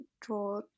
draw